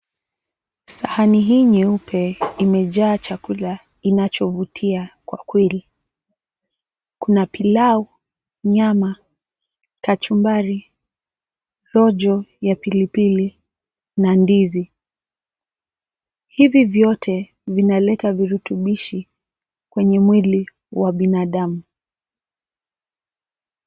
Sahani hii nyeupe imejaa chakula inachovutia kwa kweli. Kuna pilau, nyama, kachumbari, rojo ya pilipili na ndizi. Hivi vyote vinaleta virutubishi kwenye mawili wa binadamu.